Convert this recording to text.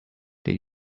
did